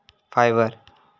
fibre